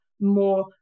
more